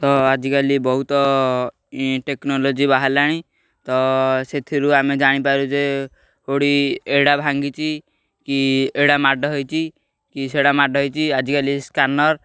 ତ ଆଜିକାଲି ବହୁତ ଟେକ୍ନୋଲୋଜି ବାହାରିଲାଣି ତ ସେଥିରୁ ଆମେ ଜାଣିପାରୁ ଯେ କେଉଁଠି ଏଡ଼ା ଭାଙ୍ଗିଚି କି ଏଡ଼ା ମାଡ଼ ହୋଇଛି କି ସେଟା ମାଡ଼ ହୋଇଛି ଆଜିକାଲି ସ୍କାନର୍